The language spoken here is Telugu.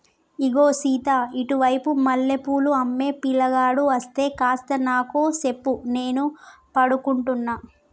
ఇగో సీత ఇటు వైపు మల్లె పూలు అమ్మే పిలగాడు అస్తే కాస్త నాకు సెప్పు నేను పడుకుంటున్న